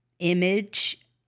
image